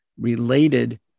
related